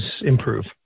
improve